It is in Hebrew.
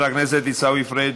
חבר הכנסת עיסאווי פריג'